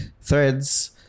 Threads